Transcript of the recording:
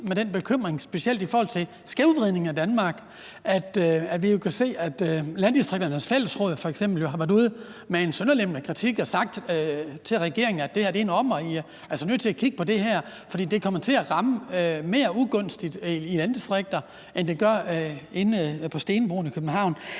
med den bekymring, specielt i forhold til skævvridning af Danmark. Vi kan jo se, at f.eks. Landdistrikternes Fællesråd har været ude med en sønderlemmende kritik og sagt til regeringen, at det her er en ommer, og at I er nødt til at kigge på det her, for det kommer til at ramme mere ugunstigt i landdistrikter, end det gør inde på stenbroen i København.